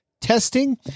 testing